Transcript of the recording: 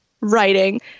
writing